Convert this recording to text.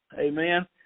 amen